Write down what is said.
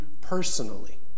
personally